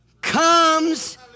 comes